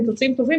הם תוצאים טובים,